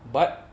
but